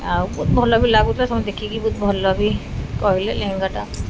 ଆଉ ବହୁତ ଭଲ ବି ଲାଗୁଥିଲା ସୁ ଦେଖିକି ବହୁତ ଭଲ ବି କହିଲେ ଲେହେଙ୍ଗାଟା